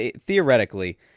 theoretically